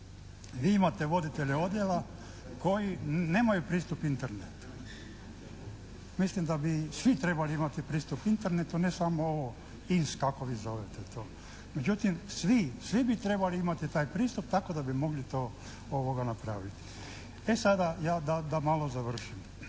Vi imate voditelje odjela koji nemaju pristup internetu. Mislim da bi svi trebali imati pristup internetu a ne samo ovo …/Govornik se ne razumije./… kako vi zovete to. Međutim, svi bi trebali imati taj pristup tako da bi mogli to napraviti. E sada, da malo završim.